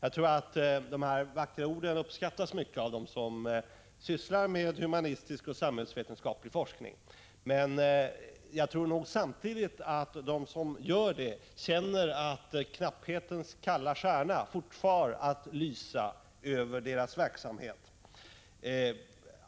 Jag tror att dessa vackra ord uppskattas mycket av dem som sysslar med humanistisk och samhällsvetenskaplig forskning. Men samtidigt tror jag att de som gör det känner att knapphetens kalla stjärna fortfar att lysa över deras verksamhet.